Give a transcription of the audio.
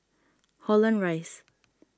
Holland Rise